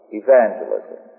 evangelism